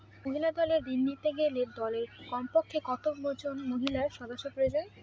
মহিলা দলের ঋণ নিতে গেলে দলে কমপক্ষে কত জন মহিলা সদস্য প্রয়োজন?